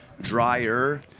Drier